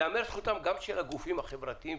ייאמר לזכותם של הגופים החברתיים,